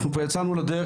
אנחנו כבר יצאנו לדרך,